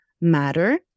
matter